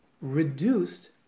reduced